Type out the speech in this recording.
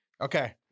Okay